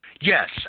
Yes